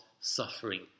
suffering